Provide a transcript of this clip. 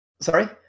Sorry